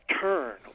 turn